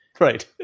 right